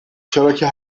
چراکه